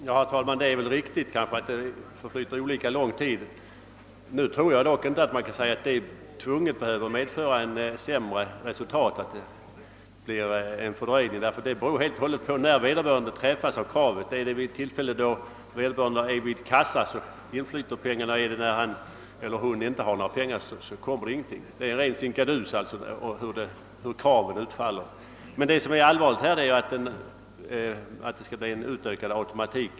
Herr talman! Det är kanske riktigt att det förflyter olika lång tid mellan utgången av respittiden och betalningen. En sådan fördröjning behöver emellertid inte nödvändigtvis medföra ett sämre resultat. Detta beror nämligen helt på när vederbörande träffas av kravet. Om det sker vid ett tillfälle när vederbörande är vid kassa inflyter medlen, men har vederbörande inga pengar, kommer det inte heller någon betalning. Hur kravet utfaller är alltså en ren sinkadus beroende. på när det kommer. Men vad som är allvarligt är att det skall bli en utökad automatik.